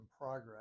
progress